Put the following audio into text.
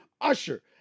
Usher